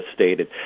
stated